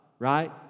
Right